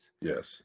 Yes